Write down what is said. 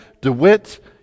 DeWitt